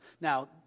Now